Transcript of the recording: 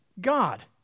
God